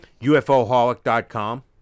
UFOholic.com